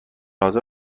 حاضر